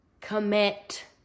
Commit